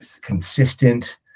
consistent